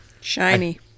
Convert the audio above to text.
shiny